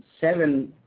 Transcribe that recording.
seven